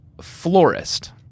florist